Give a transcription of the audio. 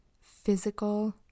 physical